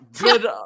Good